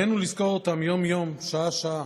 עלינו לזכור אותם יום-יום, שעה-שעה.